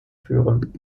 führen